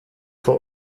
von